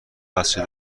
بچه